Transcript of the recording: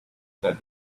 said